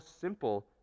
simple